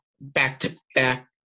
back-to-back